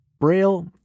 Braille